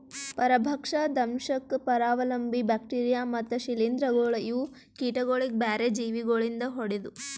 ಪರಭಕ್ಷ, ದಂಶಕ್, ಪರಾವಲಂಬಿ, ಬ್ಯಾಕ್ಟೀರಿಯಾ ಮತ್ತ್ ಶ್ರೀಲಿಂಧಗೊಳ್ ಇವು ಕೀಟಗೊಳಿಗ್ ಬ್ಯಾರೆ ಜೀವಿ ಗೊಳಿಂದ್ ಹೊಡೆದು